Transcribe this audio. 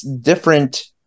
different